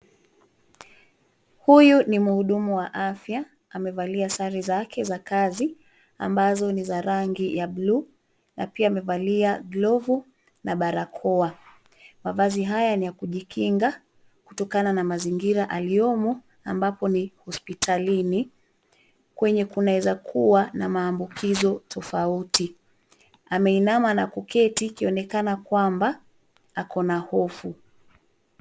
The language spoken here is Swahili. Huyu ni mhudumu wa afya amevalia sare zake za kazi ambazo ni za rangi ya buluu na pia amevalia glovu na barakoa. Mavazi haya ni ya kujikinga kutokana na mazingira aliyomo ambapo ni hospitalini, kwenye kunaweza kuwa na maambukizo tofauti. Ameinama na kuketi ikionekana kwamba ako na hofu.